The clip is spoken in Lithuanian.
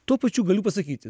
tuo pačiu galiu pasakyti